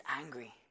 angry